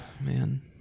man